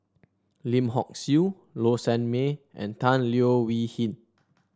Lim Hock Siew Low Sanmay and Tan Leo Wee Hin